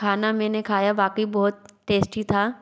खाना मैंने खाया वाक़ई बहुत टेस्टी था